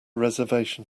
reservation